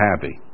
happy